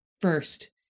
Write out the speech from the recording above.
first